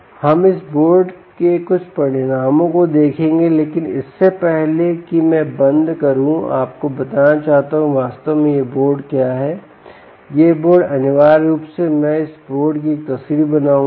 हम इस बोर्ड के कुछ परिणामों को देखेंगे लेकिन इससे पहले कि मैं बंद करूं मैं आपको बताना चाहता हूं कि वास्तव में यह बोर्ड क्या है यह बोर्ड अनिवार्य रूप से मैं इस बोर्ड की एक तस्वीर बनाऊंगा